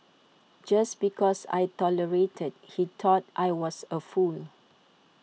just because I tolerated he thought I was A fool